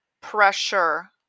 pressure